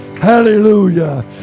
hallelujah